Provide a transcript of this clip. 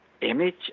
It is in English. image